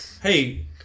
Hey